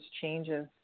changes